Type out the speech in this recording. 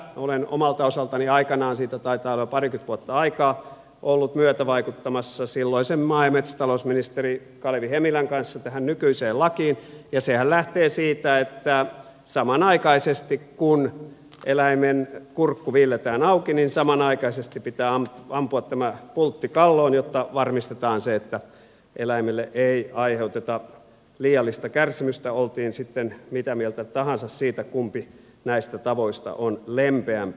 olen omalta osaltani aikanaan siitä taitaa olla jo parikymmentä vuotta aikaa ollut myötävaikuttamassa silloisen maa ja metsätalousministeri kalevi hemilän kanssa tähän nykyiseen lakiin ja sehän lähtee siitä että samanaikaisesti kun eläimen kurkku viilletään auki pitää ampua tämä pultti kalloon jotta varmistetaan se että eläimille ei aiheuteta liiallista kärsimystä oltiin sitten mitä mieltä tahansa siitä kumpi näistä tavoista on lempeämpi